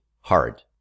hard